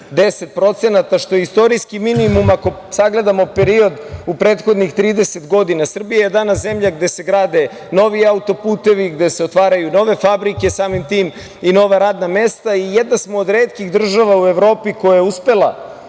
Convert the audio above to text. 10%, što je istorijski minimum ako sagledamo period u prethodnih 30 godina. Srbija je danas zemlja gde se grade novi auto-putevi, gde se otvaraju nove fabrike, samim tim i nova radna mesta i jedna smo od retkih država u Evropi koja je uspela